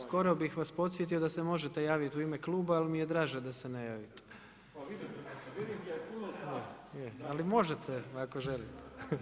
Skoro bih vas podsjetio da se možete javiti u ime kluba ali mi je draže da se ne javite, ali možete ako želite.